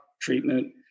treatment